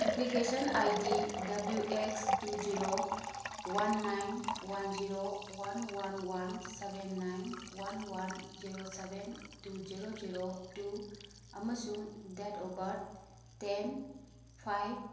application I D W X two zero one nine one zero one one one seven nine one one zero seven two zero zero two ꯑꯃꯁꯨꯡ date of birth ten five